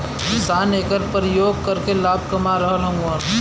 किसान एकर परियोग करके लाभ कमा रहल हउवन